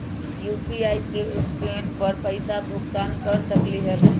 UPI से scan कर पईसा भुगतान कर सकलीहल?